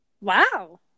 Wow